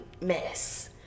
mess